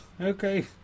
Okay